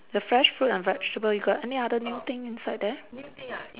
the fresh fruit and vegetable you got any other new thing inside there